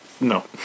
No